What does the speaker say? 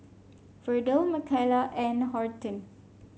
Verdell Michaela and Horton